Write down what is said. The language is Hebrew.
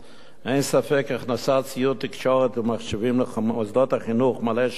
אין ספק שהכנסת ציוד תקשורת ומחשבים למוסדות החינוך מעלה שאלות